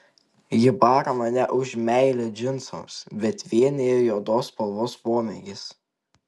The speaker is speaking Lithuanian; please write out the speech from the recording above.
ji bara mane už meilę džinsams bet vienija juodos spalvos pomėgis